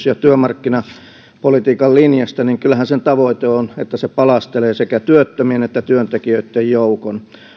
ja työmarkkinapolitiikan linjasta niin kyllähän sen tavoite on että se palastelee sekä työttömien että työntekijöitten joukon